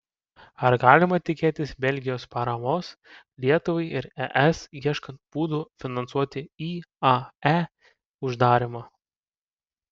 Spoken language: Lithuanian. ar galima tikėtis belgijos paramos lietuvai ir es ieškant būdų finansuoti iae uždarymą